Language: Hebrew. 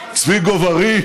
צבי גוב-ארי.